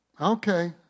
okay